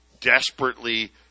desperately